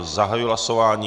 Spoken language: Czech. Zahajuji hlasování.